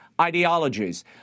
ideologies